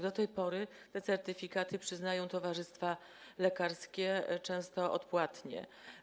Do tej pory te certyfikaty przyznają towarzystwa lekarskie, często odpłatnie.